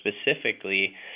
specifically